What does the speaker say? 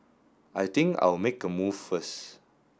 I think I'll make a move first